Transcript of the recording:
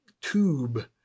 tube